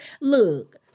look